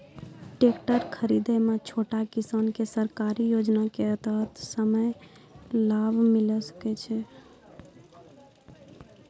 Tractor खरीदै मे छोटो किसान के सरकारी योजना के तहत लाभ मिलै सकै छै?